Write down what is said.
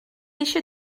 eisiau